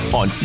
on